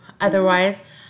otherwise